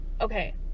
Okay